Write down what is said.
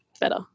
better